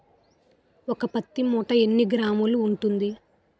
ఒక పత్తి మూట ఎన్ని కిలోగ్రాములు ఉంటుంది?